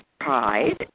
pride